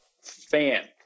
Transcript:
fan